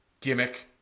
gimmick